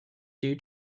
due